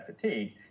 fatigue